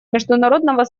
международного